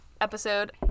episode